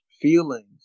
feelings